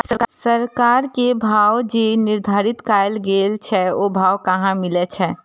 सरकार के भाव जे निर्धारित कायल गेल छै ओ भाव कहाँ मिले छै?